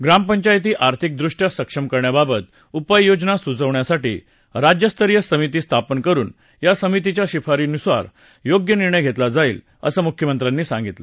ग्रामपंचायती आर्थिकदृष्ट्या सक्षम करण्याबाबत उपाययोजना सुचवण्यासाठी राज्यस्तरीय समिती स्थापन करुन या समितीच्या शिफारशीनुसार योग्य निर्णय घेतला जाईल असं मुख्यमंत्र्यांनी सांगितलं